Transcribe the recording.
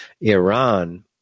Iran